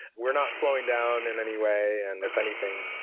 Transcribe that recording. we're not slowing down in anyway. and if anything,